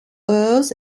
earls